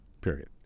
Period